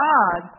God